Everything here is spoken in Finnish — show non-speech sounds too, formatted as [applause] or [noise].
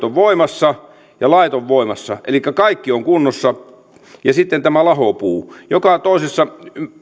[unintelligible] ovat voimassa ja lait ovat voimassa elikkä kaikki on kunnossa ja sitten tämä lahopuu joka toisessa